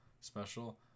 special